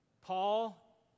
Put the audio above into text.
Paul